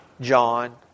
John